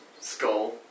skull